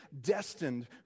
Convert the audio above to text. destined